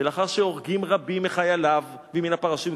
ולאחר שהורגים רבים מחייליו ומן הפרשים,